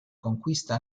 conquista